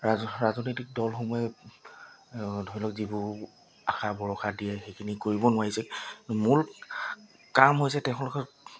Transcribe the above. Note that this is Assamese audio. ৰাজ ৰাজনৈতিক দলসমূহে ধৰি লওক যিবোৰ আশা বৰষা দিয়ে সেইখিনি কৰিব নোৱাৰিছে মূল কাম হৈছে তেখেতলোকৰ